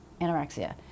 anorexia